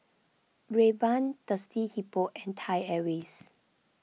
Rayban Thirsty Hippo and Thai Airways